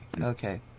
Okay